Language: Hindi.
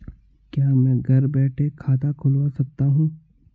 क्या मैं घर बैठे खाता खुलवा सकता हूँ?